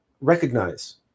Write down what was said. recognize